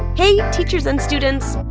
hey, teachers and students.